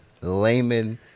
layman